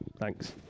Thanks